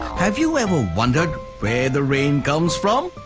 have you ever wondered where the rain comes from?